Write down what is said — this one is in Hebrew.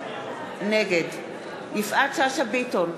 נגד יפעת שאשא ביטון,